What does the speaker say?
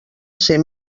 ser